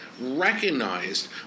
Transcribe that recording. recognized